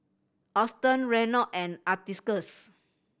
Auston Reynold and Atticus